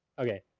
okay.